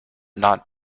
not